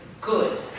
good